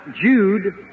Jude